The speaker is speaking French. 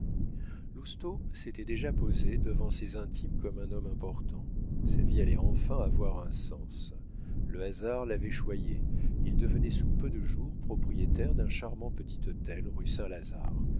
lousteau s'était déjà posé devant ses intimes comme un homme important sa vie allait enfin avoir un sens le hasard l'avait choyé il devenait sous peu de jours propriétaire d'un charmant petit hôtel rue saint-lazare